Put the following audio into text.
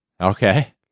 Okay